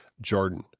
Jordan